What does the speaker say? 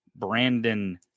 Brandon